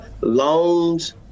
loans